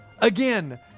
again